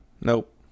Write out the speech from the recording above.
Nope